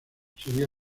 sería